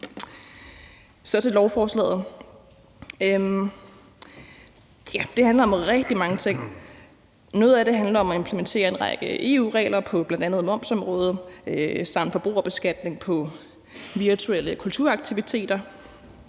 gå til lovforslaget. Ja, det handler om rigtig mange ting. Noget af det handler om at implementere en række EU-regler på bl.a. momsområdet samt forbrugerbeskatning på virtuelle kulturaktiviteter.